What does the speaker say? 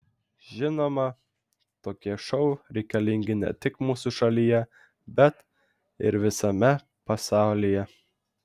žinoma tokie šou reikalingi ne tik mūsų šalyje bet ir visame pasaulyje